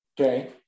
Okay